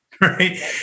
right